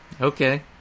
Okay